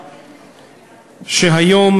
שהיום,